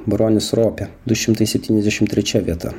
bronius ropė du šimtai septyniasdešim trečia vieta